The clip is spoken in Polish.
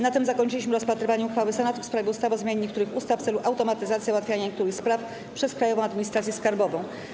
Na tym zakończyliśmy rozpatrywanie uchwały Senatu w sprawie ustawy o zmianie niektórych ustaw w celu automatyzacji załatwiania niektórych spraw przez Krajową Administrację Skarbową.